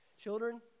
Children